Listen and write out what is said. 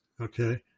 okay